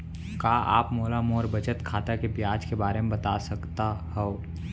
का आप मोला मोर बचत खाता के ब्याज के बारे म बता सकता हव?